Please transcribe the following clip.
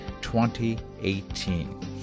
2018